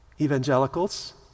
evangelicals